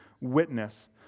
witness